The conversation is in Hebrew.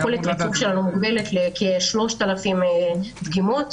יכולת הריצוף שלנו מוגבלת לכ-3,000 דגימות.